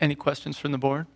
any questions from the board